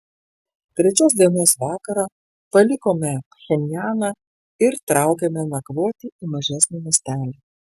trečios dienos vakarą palikome pchenjaną ir traukėme nakvoti į mažesnį miestelį